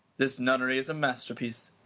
this nunnery is a master-piece,